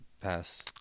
Pass